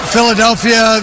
Philadelphia